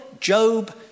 Job